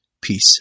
peace